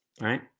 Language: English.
right